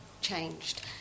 changed